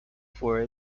for